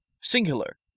Singular